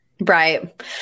Right